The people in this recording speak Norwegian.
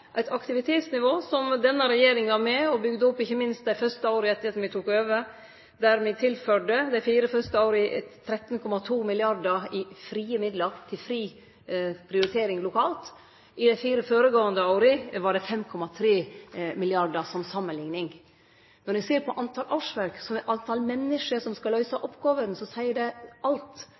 eit aktivitetsnivå som denne regjeringa, og me, har bygt opp – ikkje minst i dei fyrste åra etter at me tok over, då me dei fire fyrste åra tilførte 13,2 mrd. kr i frie midlar til fri prioritering lokalt. I dei fire føregåande åra var det til samanlikning 5,3 mrd. kr. Når me ser på talet på årsverk, talet på menneske som skal løyse oppgåvene, seier det alt